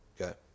okay